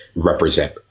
Represent